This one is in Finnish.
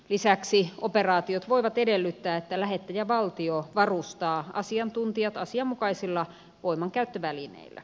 lisäksi operaatiot voivat edellyttää että lähettäjävaltio varustaa asiantuntijat asianmukaisilla voimankäyttövälineillä